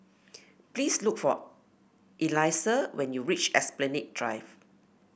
please look for Elyssa when you reach Esplanade Drive